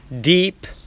deep